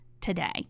today